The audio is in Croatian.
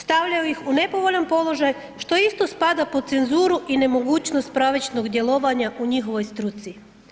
Stavljaju ih u nepovoljan položaj što isto spada pod cenzuru i nemogućnost pravičnog djelovanja u njihovoj struci.